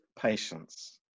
patience